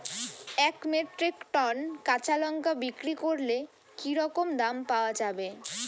এক metric ton কাঁচা লঙ্কা বিক্রি করলে কি রকম দাম পাওয়া যাবে?